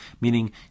meaning